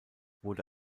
wurde